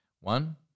One